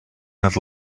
not